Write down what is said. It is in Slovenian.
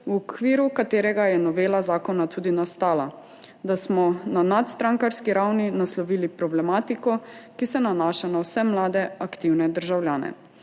v okviru katerega je novela zakona tudi nastala, da smo na nadstrankarski ravni naslovili problematiko, ki se nanaša na vse mlade aktivne državljane.